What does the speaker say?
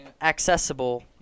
accessible